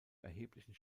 erheblichen